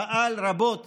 הוא פעל רבות,